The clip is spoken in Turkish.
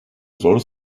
zor